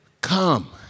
Come